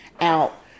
out